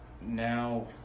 now